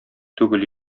түгел